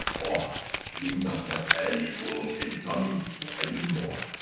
ah me not have any room in tummy for any more,